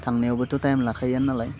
थांनायावबोथ' time लाखायोआनो नालाय